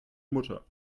mutter